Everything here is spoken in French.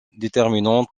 déterminante